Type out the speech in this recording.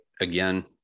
again